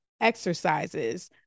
exercises